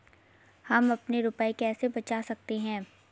हम अपने रुपये कैसे बचा सकते हैं?